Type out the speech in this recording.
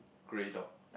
grey dog